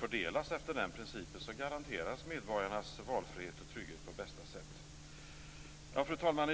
fördelas efter den principen garanteras medborgarnas valfrihet och trygghet på bästa sätt. Fru talman!